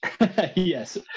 Yes